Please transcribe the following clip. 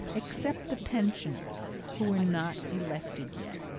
except the pensioners who were not elected yet.